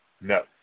No